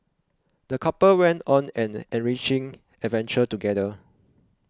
the couple went on an enriching adventure together